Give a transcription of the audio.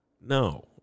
No